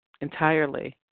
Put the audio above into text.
entirely